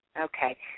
Okay